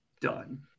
done